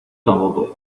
tampoco